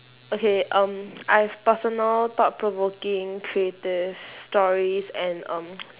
okay um I've personal thought provoking creative stories and um